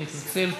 אני מתנצל.